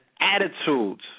attitudes